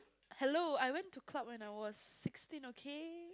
hello I went to club when I was sixteen okay